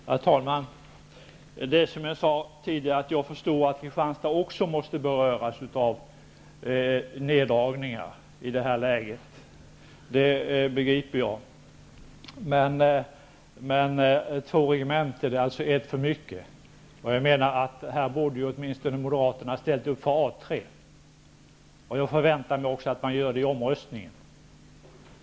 Herr talman! Jag förstår, som jag tidigare sade, att också Kristianstad i det här läget måste beröras av neddragningar. Men två regementen är ett för mycket. Här borde Moderaterna åtminstone ha ställt upp för A 3. Jag förväntar mig också att man gör det i omröstningen.